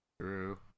True